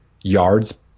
yards